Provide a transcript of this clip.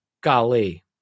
Golly